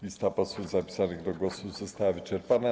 Lista posłów zapisanych do głosu została wyczerpana.